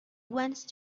once